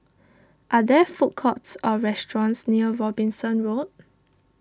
are there food courts or restaurants near Robinson Road